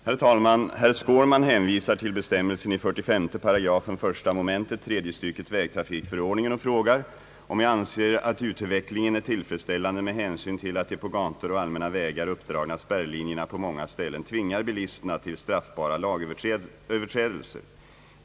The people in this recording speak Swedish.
Herr talman! Herr Skårman hänvisar till bestämmelsen i 45 § 1 mom. tredje stycket vägtrafikförordningen och frågar, om jag anser att utvecklingen är tillfredsställande med hänsyn till att de på gator och allmänna vägar uppdragna spärrlinjerna på många ställen tvingar bilisterna till straffbara lagöverträdelser.